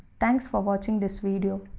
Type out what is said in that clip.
thanks for watching this video.